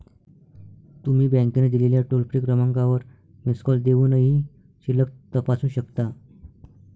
तुम्ही बँकेने दिलेल्या टोल फ्री क्रमांकावर मिस कॉल देऊनही शिल्लक तपासू शकता